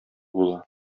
була